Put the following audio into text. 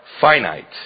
finite